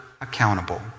accountable